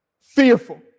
Fearful